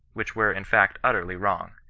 which were in fact utterly wrong.